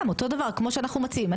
גם אותו דבר כמו שאנחנו מציעים,